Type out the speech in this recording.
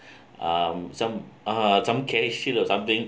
um some uh some careshield or something